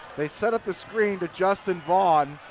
they set up this screen to justin vaughn.